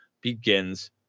begins